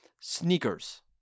sneakers